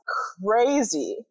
crazy